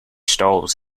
stalls